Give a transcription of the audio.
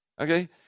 Okay